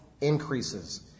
increases